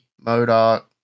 Modoc